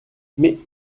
mais